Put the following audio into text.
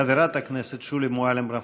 חברת הכנסת שולי מועלם-רפאלי.